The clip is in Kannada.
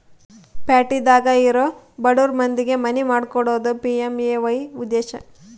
ಪ್ಯಾಟಿದಾಗ ಇರೊ ಬಡುರ್ ಮಂದಿಗೆ ಮನಿ ಮಾಡ್ಕೊಕೊಡೋದು ಪಿ.ಎಮ್.ಎ.ವೈ ಉದ್ದೇಶ